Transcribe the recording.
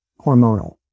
hormonal